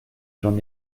j’en